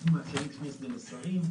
ומאפשרים שני סגני שרים,